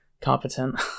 competent